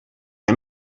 que